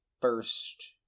first